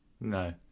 no